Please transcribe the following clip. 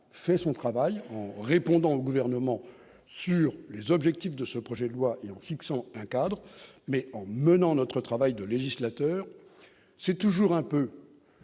fait son travail, répondant au gouvernement sur les objectifs de ce projet de loi et en fixant un cadre mais en menant notre travail de législateur, c'est toujours un peu